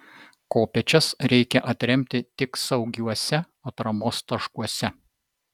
kopėčias reikia atremti tik saugiuose atramos taškuose